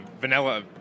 vanilla